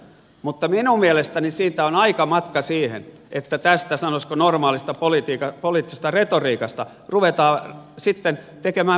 mutta minun mielestäni siitä on aika matka siihen että tästä sanoisiko normaalista poliittisesta retoriikasta ruvetaan sitten tekemään perustuslakitulkintoja